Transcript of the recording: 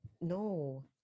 no